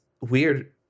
weird